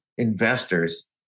Investors